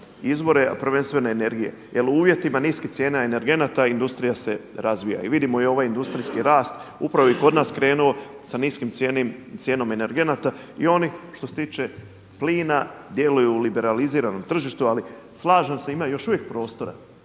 izbore, a prvenstveno energije. Jel u uvjetima niskih cijena energenata industrija se razvija i vidimo i ovaj industrijski rast upravo je i kod nas krenuo sa niskim cijenom energenata i oni što se tiče plina djeluju liberalizirano na tržištu, ali slažem se ima još uvijek prostora.